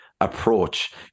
approach